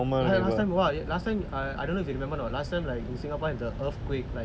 last time !wah! last time I I don't know if you remember or not like singapore got the earthquake like